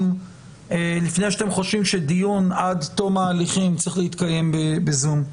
לפני שאתם חושבים שדיון עד תום ההליכים צריך להתקיים בזום.